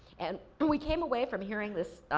and and we came away from hearing this